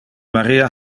maria